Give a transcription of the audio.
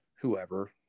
whoever